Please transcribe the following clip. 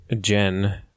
Jen